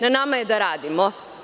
Na nama je da radimo.